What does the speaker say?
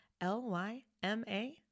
L-Y-M-A